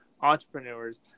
entrepreneurs